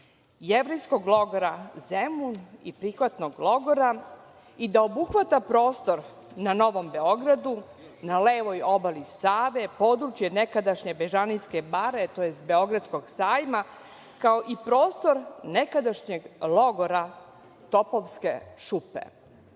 Jevrejskog logora „Zemun“ i prihvatnog logora i da obuhvata prostor na Novom Beogradu, na levoj obali Save, područje nekadašnje Bežanijske bare, tj. Beogradskog sajma, kao i prostor nekadašnjeg logora „Topovske